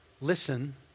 Listen